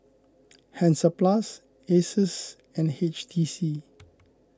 Hansaplast Asus and H T C